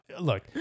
look